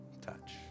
touch